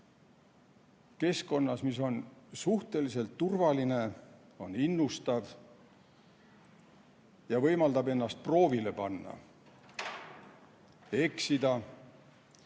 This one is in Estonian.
keskkonnas, mis on suhteliselt turvaline ja innustav ning võimaldab ennast proovile panna,